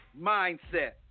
mindset